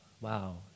wow